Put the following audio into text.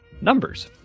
numbers